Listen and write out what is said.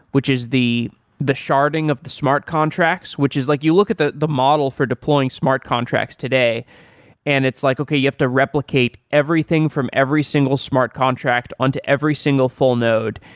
which is the the sharding of the smart contracts, which is like you look at the the model for deploying smart contracts today and it's like, okay, you have to replicate everything from every single smart contract onto every single full node.